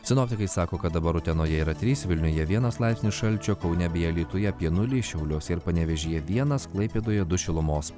sinoptikai sako kad dabar utenoje yra trys vilniuje vienas laipsnio šalčio kaune bei alytuje apie nulį šiauliuose ir panevėžyje vienas klaipėdoje du šilumos